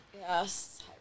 Yes